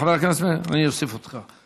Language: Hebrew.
אני אוסיף אותך.